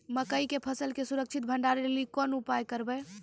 मकई के फसल के सुरक्षित भंडारण लेली कोंन उपाय करबै?